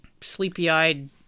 sleepy-eyed